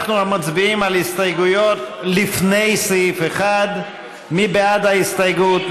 אנחנו מצביעים על ההסתייגות לפני סעיף 1. מי בעד ההסתייגות,